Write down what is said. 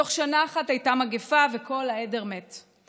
בתוך שנה אחת הייתה מגפה וכל העדר מת.